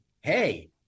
hey